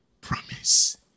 promise